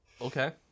okay